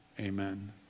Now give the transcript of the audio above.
Amen